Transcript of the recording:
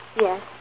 Yes